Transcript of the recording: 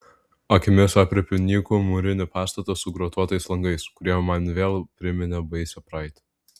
akimis aprėpiu nykų mūrinį pastatą su grotuotais langais kurie man vėl priminė baisią praeitį